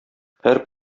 һәр